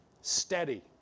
steady